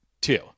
two